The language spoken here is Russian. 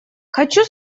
хочу